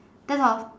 that's all